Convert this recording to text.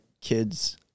kids